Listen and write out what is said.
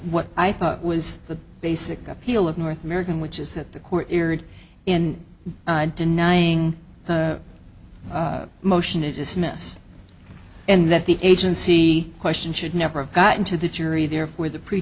what i thought was the basic appeal of north american which is that the court eared in denying the motion to dismiss and that the agency question should never have gotten to the jury therefore the pre